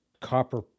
copper